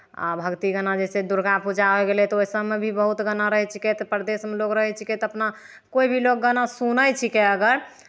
आ भक्ति गाना जे छै दुर्गापूजा होइ गेलै तऽ ओहिसभमे भी बहुत गाना रहै छिकै तऽ परदेशमे लोक रहै छिकै तऽ अपना कोइ भी लोक गाना सुनै छिकै अगर